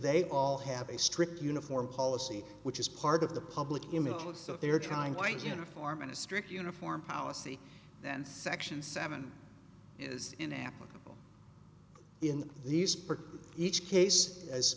they all have a strict uniform policy which is part of the public image so if they're trying white uniform in a strict uniform power city then section seven is an applicable in these parts each case as